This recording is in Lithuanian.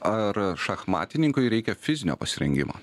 ar šachmatininkui reikia fizinio pasirengimo